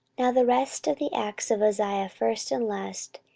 now the rest of the acts of uzziah, first and last,